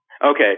Okay